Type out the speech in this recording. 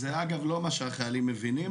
זה, אגב, לא מה שהחיילים מבינים.